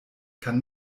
kann